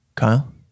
Kyle